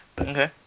Okay